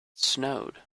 snowed